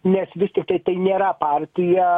nes vis tiktai tai nėra partija